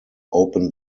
open